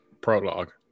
Prologue